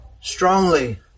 strongly